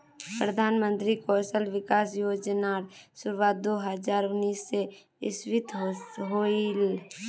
प्रधानमंत्री कौशल विकाश योज्नार शुरुआत दो हज़ार उन्नीस इस्वित होहिल